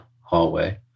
hallway